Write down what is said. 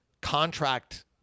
contract –